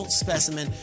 specimen